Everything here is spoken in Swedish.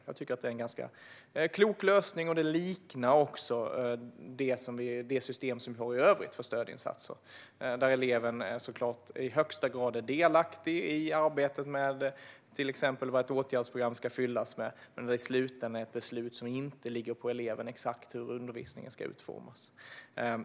Jag tycker att det är en ganska klok lösning som också liknar det system vi har i övrigt för stödinsatser där eleven såklart i högsta grad är delaktig i arbetet med till exempel vad ett åtgärdsprogram ska fyllas med men där det i slutändan är ett beslut som inte ligger på eleven när det gäller exakt hur undervisningen ska utformas.